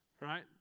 Right